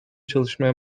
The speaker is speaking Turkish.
çalışmaya